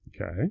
Okay